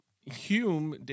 Hume